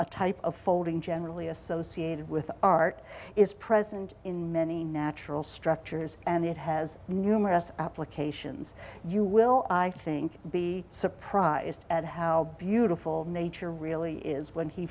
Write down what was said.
a type of folding generally associated with art is present in many natural structures and it has numerous applications you will i think be surprised at how beautiful nature really is when he